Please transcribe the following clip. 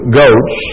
goats